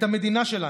את המדינה שלנו.